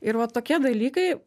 ir va tokie dalykai